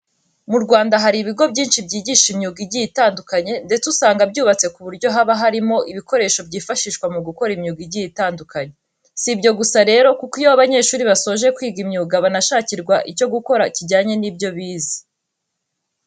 Mu Rwanda hari ibigo byinshi byigisha imyuga igiye itandukanye ndetse usanga byubatse ku buryo haba harimo ibikoresho byifashishwa mu gukora imyuga igiye itandukanye. Si ibyo gusa rero kuko iyo abanyeshuri basoje kwiga imyuga banashakirwa icyo gukora kijyanye n'ibyo bize.